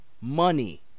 money